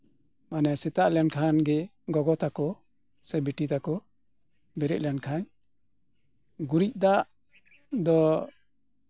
ᱥᱮᱛᱟᱜ ᱞᱮᱱᱠᱷᱟᱱᱜᱮ ᱜᱚᱜᱚ ᱛᱟᱠᱚ ᱥᱮ ᱵᱤᱴᱤ ᱛᱟᱠᱚ ᱵᱮᱨᱮᱫ ᱞᱮᱱᱠᱷᱟᱱ ᱜᱩᱨᱤᱡ ᱫᱟᱜ ᱫᱚ